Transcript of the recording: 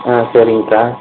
ஆ சரிங்க அக்கா